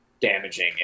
damaging